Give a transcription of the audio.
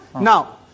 Now